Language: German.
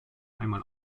einmal